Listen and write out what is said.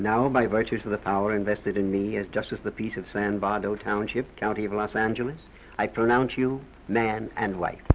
now by virtue of the power invested in me as just as the piece of sand by the old township county of los angeles i pronounce you man and wife